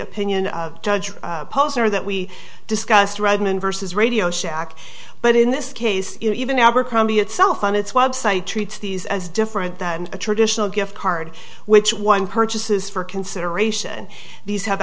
opinion of judge posner that we discussed redmond versus radio shack but in this case even abercrombie itself on its website treats these as different than a traditional gift card which one purchases for consideration these have